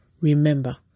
Remember